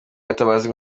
gatabazi